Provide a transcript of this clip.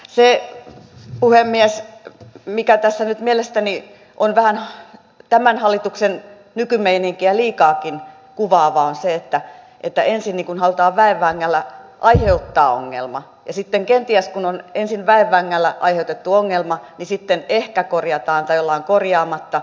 se puhemies mikä tässä nyt mielestäni on vähän tämän hallituksen nykymeininkiä liikaakin kuvaavaa on se että ensin halutaan väen vängällä aiheuttaa ongelma ja sitten kenties kun on ensin väen vängällä aiheutettu ongelma ehkä korjataan tai ollaan korjaamatta